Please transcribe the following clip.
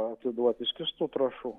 atiduoti skystų trąšų